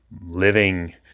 living